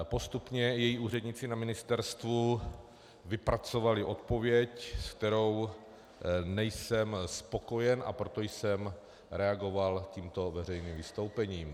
Postupně její úředníci na ministerstvu vypracovali odpověď, se kterou nejsem spokojen, a proto jsem reagoval tímto veřejným vystoupením.